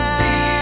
see